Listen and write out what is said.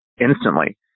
instantly